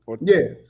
yes